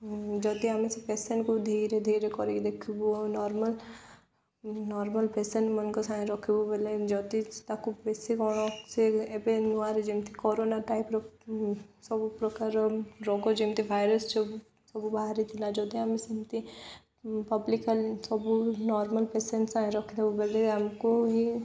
ଯଦି ଆମେ ସେ ପେସେଣ୍ଟକୁ ଧୀରେ ଧୀରେ କରିକି ଦେଖିବୁ ଆଉ ନର୍ମାଲ ନର୍ମାଲ ପେସେଣ୍ଟମାନଙ୍କ ସାଙ୍ଗେ ରଖିବୁ ବୋଲେ ଯଦି ତାକୁ ବେଶୀ କଣ ସେ ଏବେ ନୁଆଁ ଯେମିତି କରୋନା ଟାଇପର ସବୁ ପ୍ରକାରର ରୋଗ ଯେମିତି ଭାଇରସ ସବୁ ସବୁ ବାହାରିଥିଲା ଯଦି ଆମେ ସେମିତି ପବ୍ଲିକଲି ସବୁ ନର୍ମାଲ ପେସେଣ୍ଟ ସାଙ୍ଗେ ରଖିଦବୁ ବଲେ ଆମକୁ ହିଁ